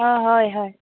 অঁ হয় হয়